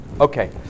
Okay